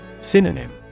Synonym